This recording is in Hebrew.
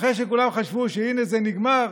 אחרי שכולם חשבו שהינה, זה נגמר